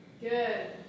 Good